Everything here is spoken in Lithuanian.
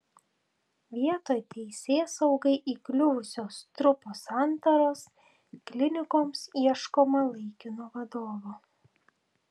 vietoj teisėsaugai įkliuvusio strupo santaros klinikoms ieškoma laikino vadovo